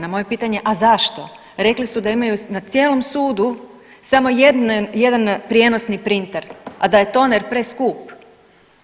Na moje pitanje a zašto, rekli su da imaju na cijelom sudu samo jedan prijenosni printer, a da je toner preskup,